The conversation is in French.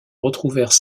retrouvèrent